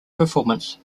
performance